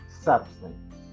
substance